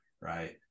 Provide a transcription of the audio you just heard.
right